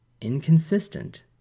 inconsistent